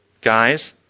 guys